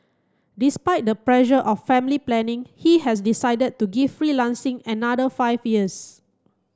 despite the pressure of family planning he has decided to give freelancing another five years